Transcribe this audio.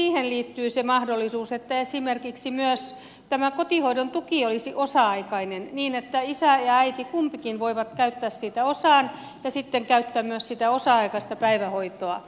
siihen liittyy se mahdollisuus että esimerkiksi myös tämä kotihoidon tuki olisi osa aikainen niin että isä ja äiti kumpikin voi käyttää siitä osan ja sitten käyttää myös sitä osa aikaista päivähoitoa